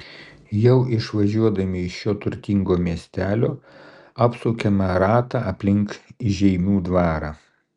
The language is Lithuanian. jau išvažiuodami iš šio turtingo miestelio apsukame ratą aplink žeimių dvarą